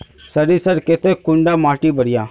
सरीसर केते कुंडा माटी बढ़िया?